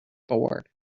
board